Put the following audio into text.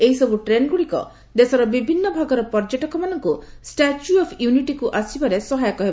ଏହିସବୁ ଟ୍ରେନ୍ଗୁଡ଼ିକ ଦେଶର ବିଭିନ୍ନ ଭାଗର ପର୍ଯ୍ୟଟକମାନଙ୍କୁ ଷ୍ଟାଚ୍ୟୁ ଅଫ୍ ୟୁନିଟିକୁ ଆସିବାରେ ସହାୟକ ହେବ